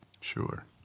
sure